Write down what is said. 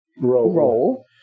Role